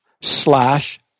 slash